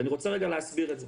ואני רוצה להסביר את זה.